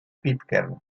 pitcairn